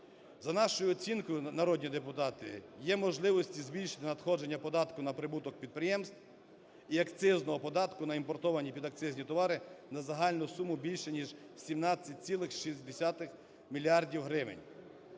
За нашою оцінкою, народні депутати, є можливості збільшення надходження податку на прибуток підприємств і акцизного податку на імпортовані підакцизні товари на загальну суму більше, ніж 17,6 мільярдів